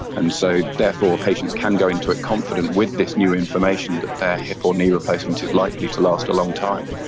and so therefore patients can go into it confident with this new information that their hip or knee replacement is likely to last a long time.